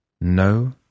No